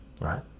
right